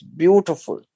beautiful